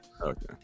okay